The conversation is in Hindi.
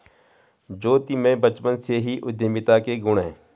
ज्योति में बचपन से ही उद्यमिता के गुण है